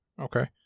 Okay